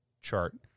chart